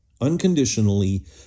unconditionally